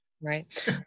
Right